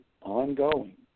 ongoing